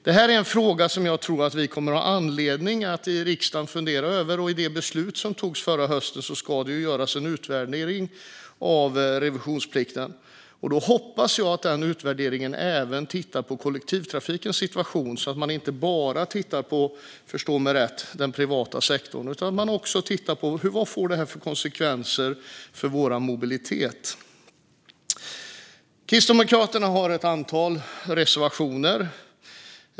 Detta är en fråga som jag tror att vi kommer att få anledning att fundera över i riksdagen. Enligt det beslut som togs förra hösten ska det göras en utvärdering av reduktionsplikten. Jag hoppas att den utvärderingen även tittar på kollektivtrafikens situation så att man inte bara - förstå mig rätt! - tittar på den privata sektorn utan också på vilka konsekvenser detta får för vår mobilitet. Kristdemokraterna har ett antal reservationer.